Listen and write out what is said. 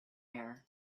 air